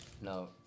No